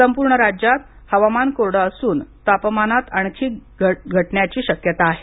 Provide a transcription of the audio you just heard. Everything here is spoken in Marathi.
संपूर्ण राज्यात हवामान कोरड असून तापमानात आणखी घटण्याची शक्यता आहे